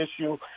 issue